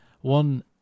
one